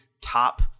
top